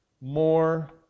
more